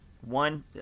one